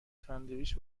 ساندویچ